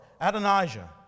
Adonijah